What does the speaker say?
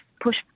push